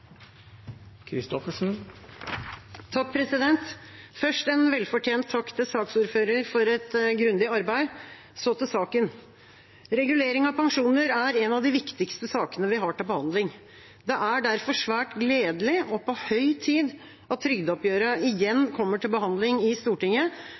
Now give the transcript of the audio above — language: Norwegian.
velfortjent takk til saksordføreren for et grundig arbeid. Så til saken: Regulering av pensjoner er en av de viktigste sakene vi har til behandling. Det er derfor svært gledelig, og på høy tid, at